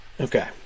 Okay